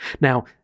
Now